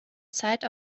zeit